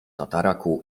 tataraku